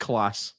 Class